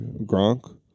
Gronk